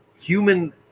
human